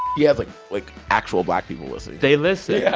he has, like, like actual black people listen they listen. yeah